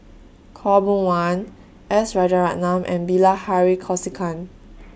Khaw Boon Wan S Rajaratnam and Bilahari Kausikan